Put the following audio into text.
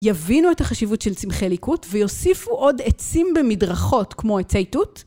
יבינו את החשיבות של צמחי ליקוט ויוסיפו עוד עצים במדרכות כמו עצי תות?